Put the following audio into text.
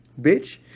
bitch